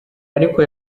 ariko